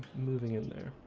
moving in there